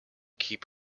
keep